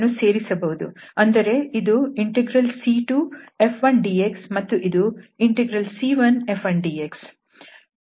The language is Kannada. ಅಂದರೆ ಇದು C2F1dx ಮತ್ತು ಇದು C1F1dx